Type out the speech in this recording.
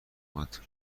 آمد